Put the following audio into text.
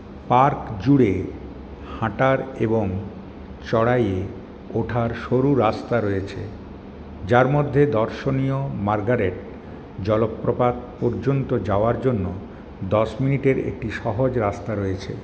park জুড়ে হাঁটার এবং চড়াইয়ে ওঠার সরু রাস্তা রয়েছে যার মধ্যে দর্শনীয় মার্গারেট জলপ্রপাত পর্যন্ত যাওয়ার জন্য দশ মিনিটের একটি সহজ রাস্তা রয়েছে